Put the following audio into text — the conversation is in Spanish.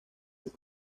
sus